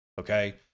Okay